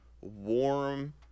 warm